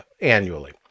annually